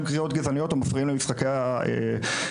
קריאות גזעניות ומפריעים למשחקי הכדורגל.